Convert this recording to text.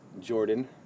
Jordan